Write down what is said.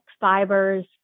fibers